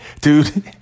Dude